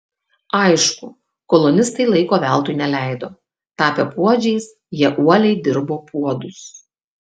aišku kolonistai laiko veltui neleido tapę puodžiais jie uoliai dirbo puodus